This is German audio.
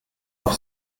auf